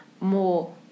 more